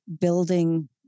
building